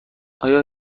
آیا